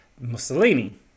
Mussolini